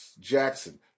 Jackson